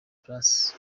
plus